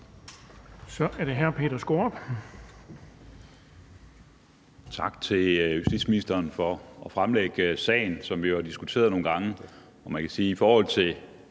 Så er det hr. Peter Skaarup.